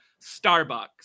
Starbucks